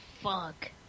fuck